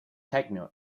techno